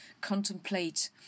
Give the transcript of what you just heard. contemplate